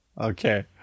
Okay